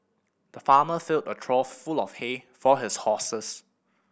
the farmer filled a trough full of hay for his horses